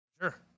Sure